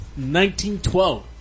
1912